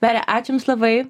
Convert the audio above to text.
mere ačiū jums labai